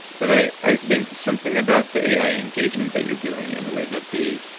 but i i think something about the ai engagement that you're doing and the way that the.